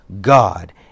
God